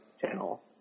channel